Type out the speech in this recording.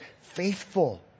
faithful